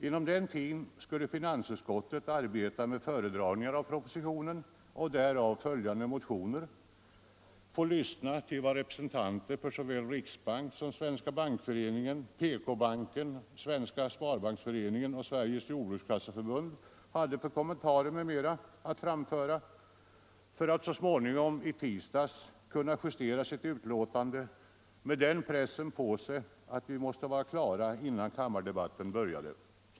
Inom denna tid skulle finansutskottet arbeta med föredragningar av propositionen och därav följande motioner, få lyssna till vad representanter för såväl riksbanken som Svenska bankföreningen, PK-banken, Svenska sparbanksföreningen och Sveriges jordbrukskasseförbund hade för kommentarer m.m. att framföra, för att så småningom i tisdags kunna justera sitt betänkande med den pressen på oss, att vi måste vara klara innan kammardebatten började.